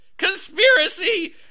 conspiracy